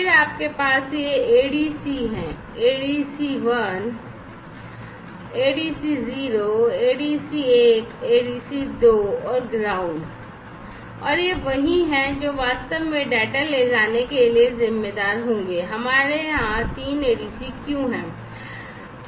फिर आपके पास ये ADC's ADCI 0 एडीसी 0 1 2 और ग्राउंड हैं और ये वही हैं जो वास्तव में डेटा ले जाने के लिए जिम्मेदार होंगे और हमारे यहां 3 एडीसी क्यों है